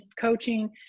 coaching